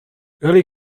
early